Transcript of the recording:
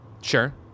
Sure